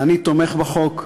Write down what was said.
אני תומך בחוק.